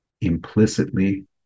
implicitly